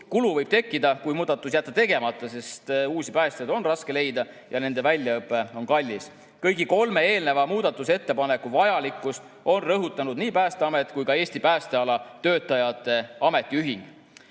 Kulu võib tekkida, kui muudatus jätta tegemata, sest uusi päästjaid on raske leida ja nende väljaõpe on kallis. Kõigi kolme eelneva muudatusettepaneku vajalikkust on rõhutanud nii Päästeamet kui ka Eesti Päästeala Töötajate Ametiühing.